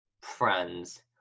friends